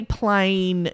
plain